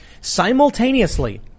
Simultaneously